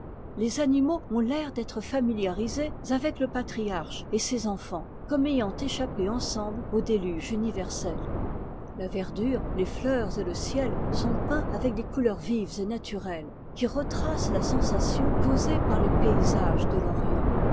les animaux ont l'air d'être familiarisés avec le patriarche et ses enfants comme ayant échappé ensemble au déluge universel la verdure les fleurs et le ciel sont peints avec des couleurs vives et naturelles qui retracent la sensation causée par les paysages de l'orient